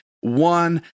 one